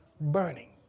burning